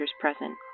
present